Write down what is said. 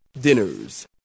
dinners